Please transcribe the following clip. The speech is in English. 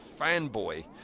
fanboy